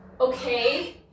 okay